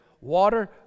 Water